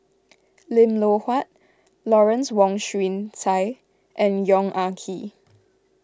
Lim Loh Huat Lawrence Wong Shyun Tsai and Yong Ah Kee